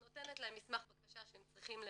היא נותנת להם מסמך בקשה שהם צריכים למלא,